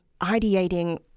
ideating